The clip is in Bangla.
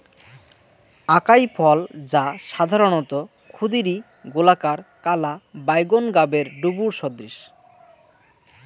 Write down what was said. আকাই ফল, যা সাধারণত ক্ষুদিরী, গোলাকার, কালা বাইগোন গাবের ডুমুর সদৃশ